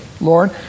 Lord